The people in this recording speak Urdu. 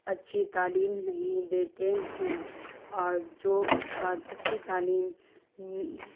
اچھی تعلیم نہیں دیتے ہیں اور جو استاد اچھی تعلیم